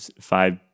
five